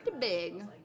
big